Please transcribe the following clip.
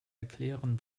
erklären